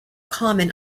common